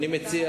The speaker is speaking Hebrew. אני מציע,